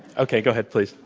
okay. go ahead, please.